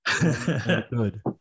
good